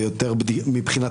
מידע.